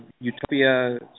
utopia